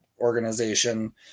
organization